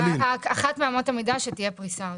אחת מאמות המידה היא שתהיה פריסה ארצית,